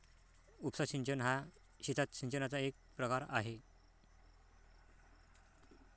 उपसा सिंचन हा शेतात सिंचनाचा एक प्रकार आहे